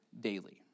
daily